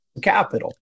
Capital